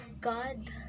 god